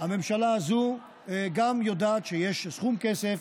הממשלה הזו גם יודעת שיש סכום כסף,